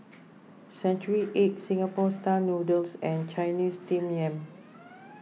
Century Egg Singapore Style Noodles and Chinese Steamed Yam